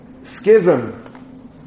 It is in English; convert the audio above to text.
Schism